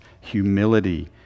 humility